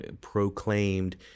proclaimed